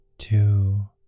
Two